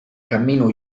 cammino